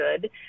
good